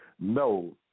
No